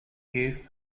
you